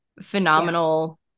phenomenal